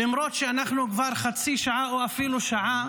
למרות שאנחנו כבר חצי שעה או אפילו שעה